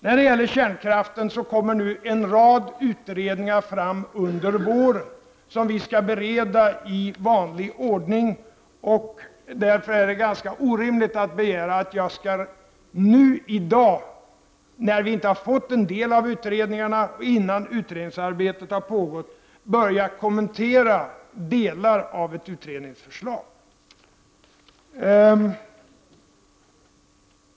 När det gäller kärnkraften kommer en rad utredningar under våren. Vi skall bereda dem i vanlig ordning. Därför är det ganska orimligt att begära att jag i dag, innan vi har fått alla utredningar och innan utredningsarbetet har börjat, skall kommentera delar av ett utredningsförslag.